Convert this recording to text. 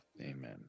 Amen